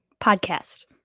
podcast